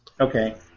Okay